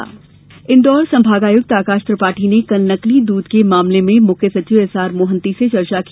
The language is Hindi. मिलावटी दूध इंदौर संभागायुक्त आकाश त्रिपाठी ने कल नकली दूध के मामले में मुख्य सचिव एसआर मोहंती से चर्चा की